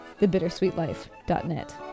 thebittersweetlife.net